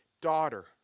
Daughter